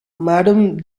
madam